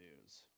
news